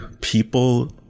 people